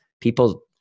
people